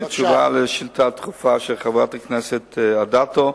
תשובה על שאילתא דחופה של חברת הכנסת אדטו: